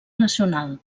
nacional